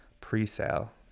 pre-sale